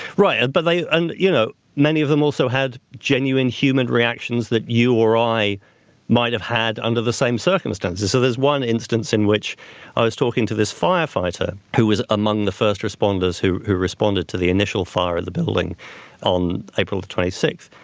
right. yeah but and you know many of them also had genuine human reactions that you or i might have had under the same circumstances. so there's one instance in which i was talking to this firefighter who was among the first responders who who responded to the initial fire of the building on april the twenty sixth.